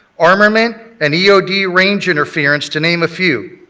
armament and e o d. range interference to name a few.